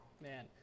man